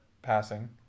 Passing